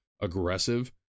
aggressive